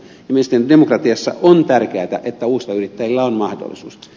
mielestäni demokratiassa on tärkeätä että uusilla yrittäjillä on mahdollisuus